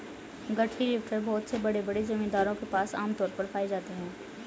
गठरी लिफ्टर बहुत से बड़े बड़े जमींदारों के पास आम तौर पर पाए जाते है